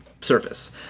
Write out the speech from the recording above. surface